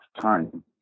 time